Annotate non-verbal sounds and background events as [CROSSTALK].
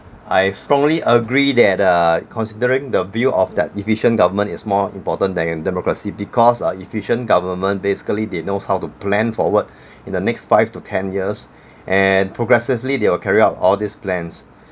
I strongly agree that uh considering the view of that efficient government is more important than democracy because ah efficient government basically they knows how to plan forward [BREATH] in the next five to ten years [BREATH] and progressively they will carry out all these plans